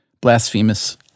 blasphemous